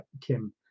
Kim